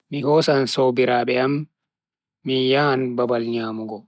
Mi hosan sobiraabe am min nyaham babal nyamugo.